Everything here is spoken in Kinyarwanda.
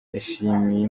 yashimiye